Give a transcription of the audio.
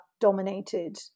dominated